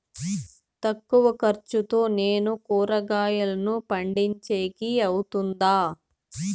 తక్కువ ఖర్చుతో నేను కూరగాయలను పండించేకి అవుతుందా?